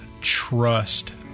trust